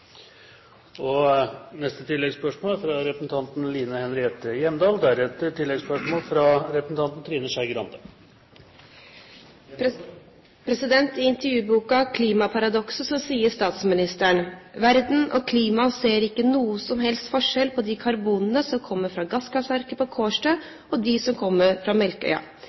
Line Henriette Hjemdal – til oppfølgingsspørsmål. I intervjuboka «Klimaparadokset» sier statsministeren: «Jeg tror ikke verden og klimaet ser noen som helst forskjell på de karbonene som kommer fra gasskraftverket på Kårstø, og de som kommer fra Melkøya.»